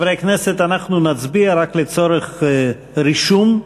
חברי הכנסת, אנחנו נצביע רק לצורך רישום,